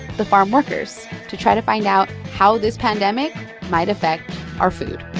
the farmworkers, to try to find out how this pandemic might affect our food